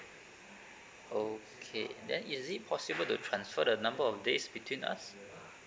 okay then is it possible to transfer the number of days between us